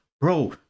bro